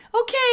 okay